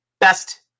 best